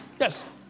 Yes